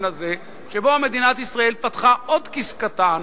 הזה שבו מדינת ישראל פתחה עוד כיס קטן,